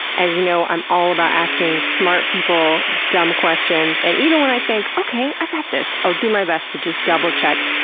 as you know, i'm all about asking smart people dumb questions, and even when i think, okay, i got this! i'll do my best to double-check,